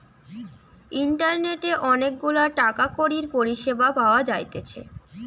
ইন্টারনেটে অনেক গুলা টাকা কড়ির পরিষেবা পাওয়া যাইতেছে